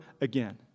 again